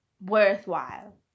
worthwhile